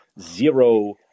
zero